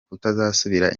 kutazasubira